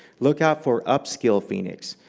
look out for upscale phoenix.